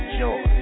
joy